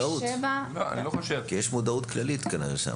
כי יש שם מודעות כללית כנראה.